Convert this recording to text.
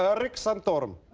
ah rick santorum.